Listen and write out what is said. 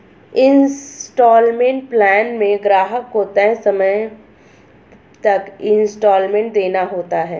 instalment plan में ग्राहक को तय समय तक इन्सटॉलमेंट देना होता है